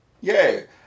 yay